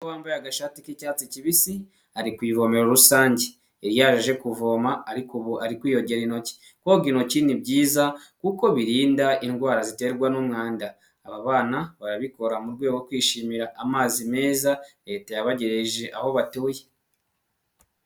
Umwana wambaye agashati k'icyatsi kibisi, ari ku ivomero rusange, yari yaje aje kuvoma ariko ubu ari kwiyongera intoki, koga intoki ni byiza kuko birinda indwara ziterwa n'umwanda, aba bana barabikora mu rwego rwo kwishimira amazi meza leta yabagejeje aho batuye.